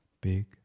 Big